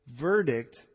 verdict